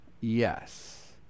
yes